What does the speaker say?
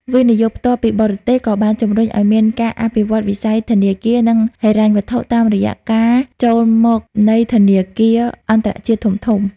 វិនិយោគផ្ទាល់ពីបរទេស ក៏បានជំរុញឱ្យមានការអភិវឌ្ឍវិស័យធនាគារ និងហិរញ្ញវត្ថុ តាមរយៈការចូលមកនៃធនាគារអន្តរជាតិធំៗ។